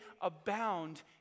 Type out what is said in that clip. abound